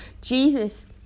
Jesus